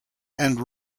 and